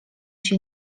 się